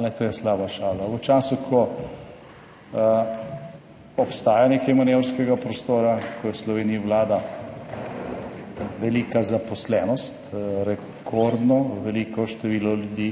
ne, to je slaba šala. V času, ko obstaja nekaj manevrskega prostora, ko v Sloveniji vlada velika zaposlenost, rekordno veliko število ljudi